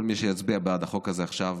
כל מי שיצביע בעד החוק הזה עכשיו,